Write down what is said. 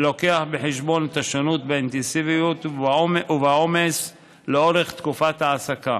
ומביא בחשבון את השונות והאינטנסיביות והעומס לאורך תקופת ההעסקה.